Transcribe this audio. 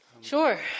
Sure